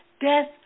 death